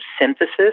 synthesis